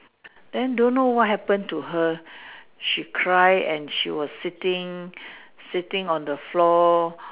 then don't know what happened to her she cry and she was sitting sitting on the floor